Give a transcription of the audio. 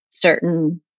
certain